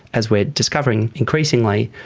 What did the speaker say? as we are discovering increasingly,